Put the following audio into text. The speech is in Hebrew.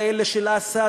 את האלה של אסד,